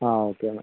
ആ ഓക്കെ എന്നാൽ